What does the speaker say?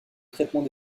traitement